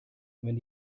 wenn